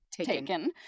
taken